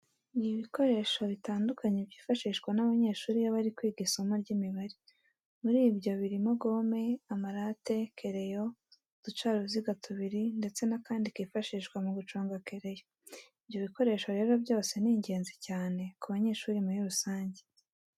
Ni ibikoresho bitandukanye byifashishwa n'abanyeshuri iyo bari kwiga isimo ry'Imibare. Muri byo birimo gome, amarate, kereyo, uducaruziga tubiri ndetse n'akandi kifashishwa mu guconga kereyo. Ibyo bikoresho rero byose ni ingenzi cyane ku banyeshuri muri rusange.